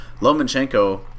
Lomachenko